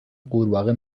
قورباغه